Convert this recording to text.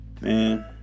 man